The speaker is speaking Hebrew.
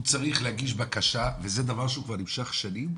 הוא צריך להגיש בקשה, וזה דבר שהוא כבר נמשך שנים,